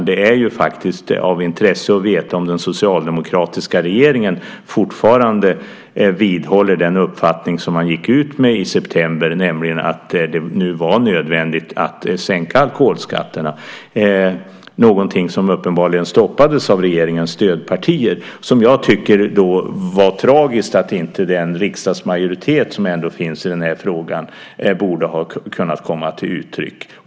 Det är faktiskt av intresse att veta om den socialdemokratiska regeringen fortfarande vidhåller den uppfattning som man gick ut med i september, nämligen att det nu var nödvändigt att sänka alkoholskatterna, någonting som uppenbarligen stoppades av regeringens stödpartier. Jag tycker att det var tragiskt. Den riksdagsmajoritet som ändå finns i denna fråga borde ha kommit till uttryck.